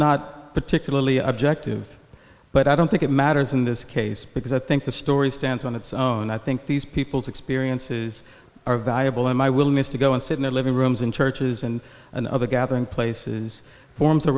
not particularly objective but i don't think it matters in this case because i think the story stands on its own i think these people's experiences are valuable in my willingness to go and sit in their living rooms in churches and other gathering places form